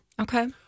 Okay